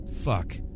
Fuck